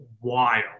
wild